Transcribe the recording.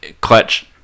clutch